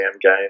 game